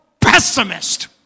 pessimist